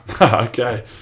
okay